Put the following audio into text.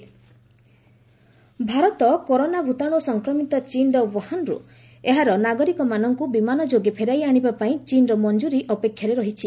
MEA corona virus Bharat corona ଭୂତାଣୁ ସଂକ୍ରମିତ ଚୀନର ଓ୍ୱହାନରୁ ଏହାର ନାଗରିକମାନଙ୍କୁ ବିମାନ ଯୋଗେ ଫେରାଇ ଆଣିବା ପାଇଁ ଚୀନର ମଞ୍ଜୁରୀ ଅପେକ୍ଷାରେ ରହିଛି